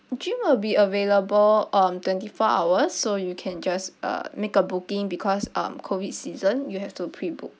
gym will be available on twenty four hours so you can just uh make a booking because um COVID season you have to pre-book